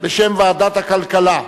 בשם ועדת הכלכלה.